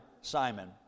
Simon